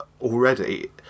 already